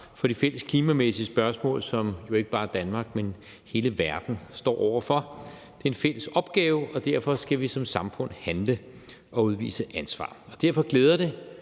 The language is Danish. for de fælles klimamæssige spørgsmål, som jo ikke bare Danmark, men hele verden står over for. Det er en fælles opgave, og derfor skal vi som samfund handle og udvise ansvar. Derfor glæder det